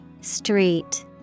Street